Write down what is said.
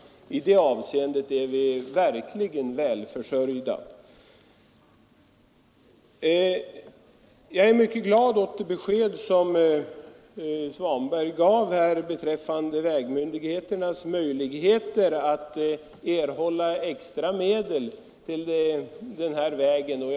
I det avseendet är vi verkligen välförsörjda. Jag är mycket glad åt det besked som herr Svanberg gav här beträffande vägmyndigheternas möjligheter att erhålla extra medel till vägen mellan Stekenjokk och Blåsjön.